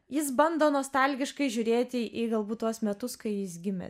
jis bando nostalgiškai žiūrėti į galbūt tuos metus kai jis gimė